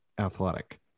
athletic